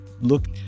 look